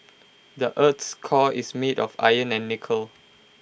the Earth's core is made of iron and nickel